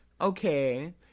Okay